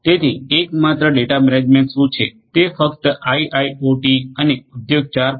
તેથી એકમાત્ર data management શું છે તે ફક્ત આઇઆઇઓટી અને ઉદ્યોગ 4